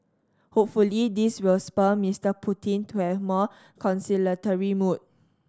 hopefully this will spur Mister Putin to have a more conciliatory mood